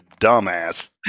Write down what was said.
dumbass